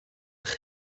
eich